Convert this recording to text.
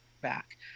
back